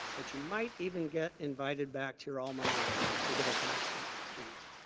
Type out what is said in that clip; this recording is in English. but you might even get invited back to your alma mater to give a commencement speech.